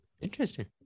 Interesting